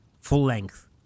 full-length